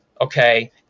okay